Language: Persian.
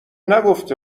نگفته